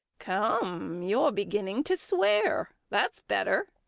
come, you're beginning to swear. that's better.